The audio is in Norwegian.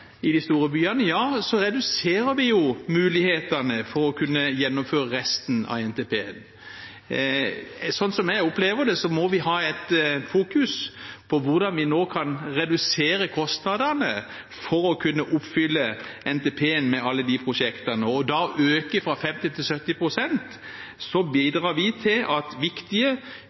i de store byene, reduserer vi mulighetene for å kunne gjennomføre resten av NTP-en. Sånn som jeg opplever det, må vi fokusere på hvordan vi nå kan redusere kostnadene for å kunne oppfylle NTP-en med alle prosjektene. Ved å øke fra 50 pst. bidrar vi til at viktige